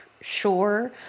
sure